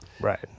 right